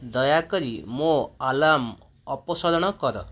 ଦୟାକରି ମୋର ଆଲାର୍ମ ଅପସାରଣ କର